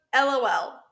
LOL